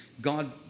God